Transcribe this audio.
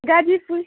Ghazipur